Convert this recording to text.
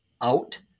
out